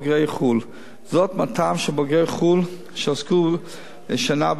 זאת מהטעם שבוגרי חו"ל שעסקו שנה במקצוע עדיין יכולים